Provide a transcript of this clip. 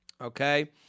Okay